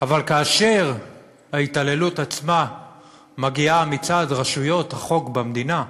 אבל כאשר ההתעללות עצמה מגיעה מצד רשויות החוק במדינה,